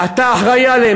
אתה אחראי עליהם.